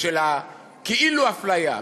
של הכאילו-אפליה,